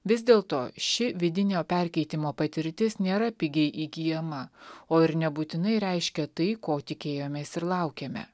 vis dėlto ši vidinio perkeitimo patirtis nėra pigiai įgyjama o ir nebūtinai reiškia tai ko tikėjomės ir laukėme